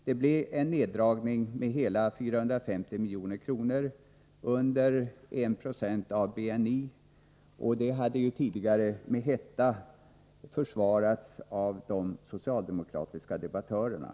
Det blev en neddragning med hela 450 milj.kr. under målet 1926 av BNI, som tidigare med hetta försvarats av de socialdemokratiska debattörerna.